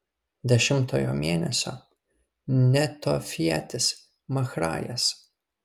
dešimtojo mėnesio netofietis mahrajas